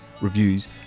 reviews